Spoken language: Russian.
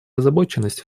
озабоченность